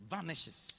Vanishes